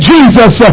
Jesus